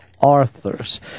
Arthurs